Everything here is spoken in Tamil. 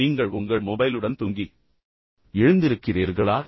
நீங்கள் உங்கள் மொபைலுடன் தூங்கி எழுந்திருக்கிறீர்களா